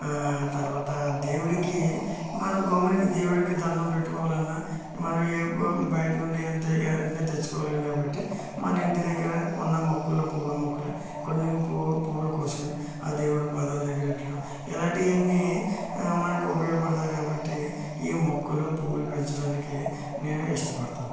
తర్వాత దేవుడికి మన గమ్మున దేవుడికి దండం పెట్టుకోవాలన్న మనం ఏ బ బయట నుండి ఏమ్ ఏమన్న తెచ్చుకోలేము కాబట్టి మన ఇంటి దగ్గర ఉన్న మొక్కలు పూల మొక్కలు కొన్ని కొన్ని పూలు కోసుకొని ఆ దేవుడు పాదాల దగ్గర పెట్టడం ఇలాంటివి అన్నీ మనకు ఉపయోగపడతాయి కాబట్టి ఈ మొక్కలు పూలు పెంచడానికి నేను ఇష్టపడతాను